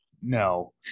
No